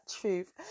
truth